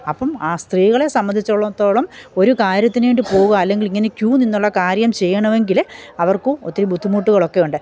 അപ്പം ആ സ്ത്രീകളെ സംബന്ധിച്ചിടത്തോളം ഒരു കാര്യത്തിനുവേണ്ടി പോകുക അല്ലെങ്കില് ഇങ്ങനെ ക്യൂ നിന്നുള്ള കാര്യം ചെയ്യണമെങ്കിൽ അവര്ക്കും ഒത്തിരി ബുദ്ധിമുട്ടുകളൊക്കെ ഉണ്ട്